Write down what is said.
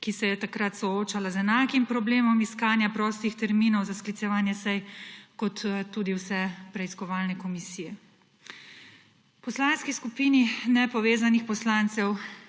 ki se je takrat soočala z enakim problemom iskanja prostih terminov za sklicevanje sej kot tudi vse preiskovalne komisije. V Poslanski skupini nepovezanih poslancev